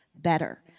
Better